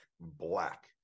black